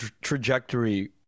trajectory